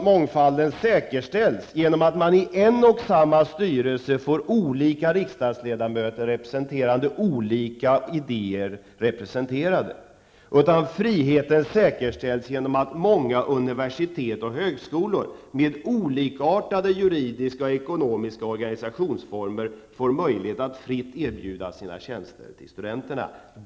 Mångfalden säkerställs nämligen inte genom att man i en och samma styrelse får olika riksdagsledamöter representerande olika idéer. Friheten säkerställs genom att många universitet och högskolor, med olikartade juridiska och ekonomiska organisationsformer, får möjlighet att fritt erbjuda sina tjänster till studenterna.